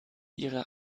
ihre